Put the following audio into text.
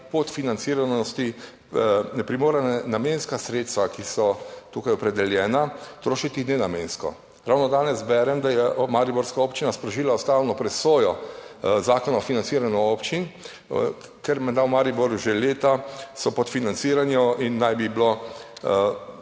podfinanciranosti primorana namenska sredstva, ki so tukaj opredeljena, trošiti nenamensko. Ravno danes berem, da je mariborska občina sprožila ustavno presojo zakona o financiranju občin, ker menda v Mariboru že leta so pod financiranje in naj bi bilo